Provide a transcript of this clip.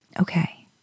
Okay